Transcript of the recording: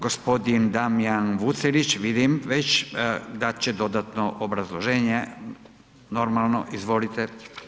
G. Damjan Vucelić vidim već dat će dodatno obrazloženje normalno, izvolite.